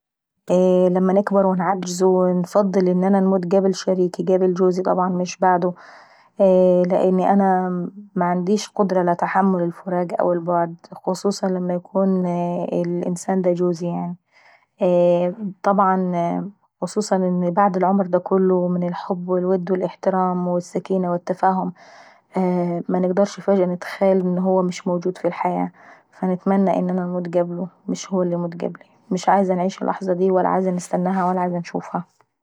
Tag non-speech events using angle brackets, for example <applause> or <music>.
<hesitation> لما نكبر ونعجز انفضل ان انا نكبر قبل شريكي وقبل جوزي طبعا مش بعجه لاني معنديش قدرة على تحمل الفراق والبعد. خصوصا لما يكون الانسان دا جوزي يعناي. طبعا خصوصا بعد االعمر دا كله من الود والحب والاحترام والسكينة والتفاهم. منقدرش فجأة نتخيل ان هو مش موجود في الحياة. فنتمنى نموت قبله مش هو اللي يموت قبلي. مش عايزة نعيش للحظة داي ولا نستناها ولا نشوفها.